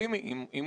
התלבטות,